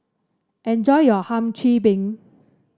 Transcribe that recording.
enjoy your Hum Chim Peng